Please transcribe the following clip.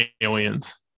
aliens